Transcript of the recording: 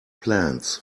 plans